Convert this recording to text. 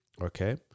okay